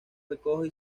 recoge